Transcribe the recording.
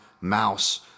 mouse